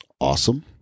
awesome